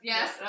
Yes